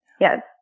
Yes